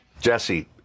Jesse